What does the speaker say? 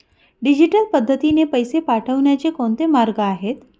Digital पद्धतीने पैसे पाठवण्याचे कोणते मार्ग आहेत?